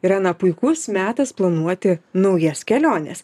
yra na puikus metas planuoti naujas keliones